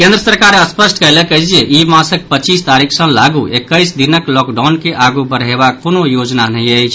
केन्द्र सरकार स्पष्ट कयलक अछि जे ई मासक पचीस तारीख सऽ लागू एक्कैस दिनक लॉकडाउन के आगू बढ़यबाक कोनो योजना नहि अछि